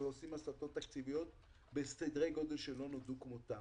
שעושים הסטות תקציביות בסדרי גודל שלא נולדו כמותם?